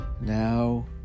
Now